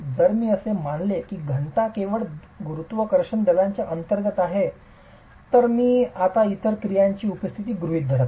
जर मी असे मानले की घनता ती केवळ गुरुत्वाकर्षण दलांच्या अंतर्गत आहे तर मी आता इतर क्रियांची उपस्थिती गृहीत धरत नाही